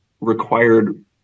required